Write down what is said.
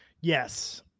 Yes